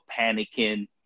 panicking